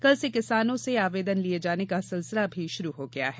कल से किसानों से आवेदन लिये जाने का सिलसिला भी शुरू हो गया है